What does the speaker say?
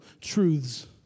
truths